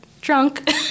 drunk